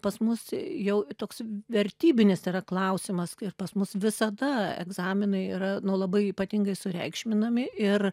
pas mus jau toks vertybinis yra klausimas ir pas mus visada egzaminai yra nu labai ypatingai sureikšminami ir